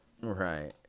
right